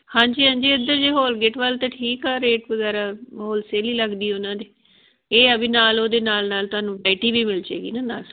ਹਾਂਜੀ ਹਾਂਜੀ ਇੱਧਰ ਜੇ ਹੋਲ ਗੇਟ ਵੱਲ ਤਾਂ ਠੀਕ ਆ ਰੇਟ ਵਗੈਰਾ ਹੋਲ ਸੇਲ ਹੀ ਲੱਗਦੀ ਆ ਉਹਨਾਂ ਦੀ ਇਹ ਆ ਵੀ ਨਾਲ ਉਹਦੇ ਨਾਲ ਨਾਲ ਤੁਹਾਨੂੰ ਵਰਾਇਟੀ ਵੀ ਮਿਲ ਜਾਏਗੀ ਨਾ ਨਾਲ